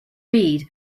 read